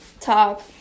talk